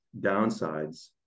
downsides